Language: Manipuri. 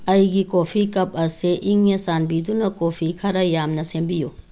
ꯑꯩꯒꯤ ꯀꯣꯐꯤ ꯀꯞ ꯑꯁꯤ ꯏꯪꯉꯦ ꯆꯥꯟꯕꯤꯗꯨꯅ ꯀꯣꯐꯤ ꯈꯔ ꯌꯥꯝꯅ ꯁꯦꯝꯕꯤꯌꯨ